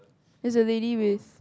is a lady with